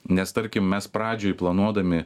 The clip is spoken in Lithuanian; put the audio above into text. nes tarkim mes pradžioj planuodami